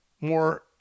more